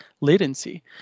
latency